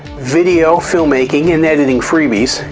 video, filmmaking and editing freebies,